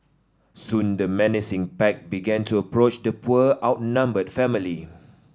soon the menacing pack began to approach the poor outnumbered family